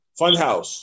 Funhouse